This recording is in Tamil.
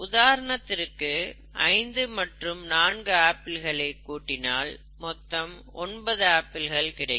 உதாரணத்திற்கு 5 மற்றும் 4 ஆப்பிள்களை கூட்டினால் மொத்தம் ஒன்பது ஆப்பிள்கள் கிடைக்கும்